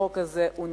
חוזה אחיד, כן.